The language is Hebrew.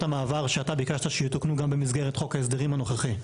המעבר שאתה ביקשת שיתוקנו גם במסגרת חוק ההסדרים הנוכחי.